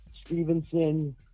Stevenson